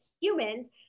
humans